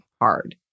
hard